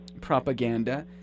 propaganda